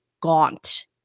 gaunt